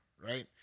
Right